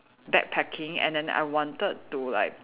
backpacking and then I wanted to like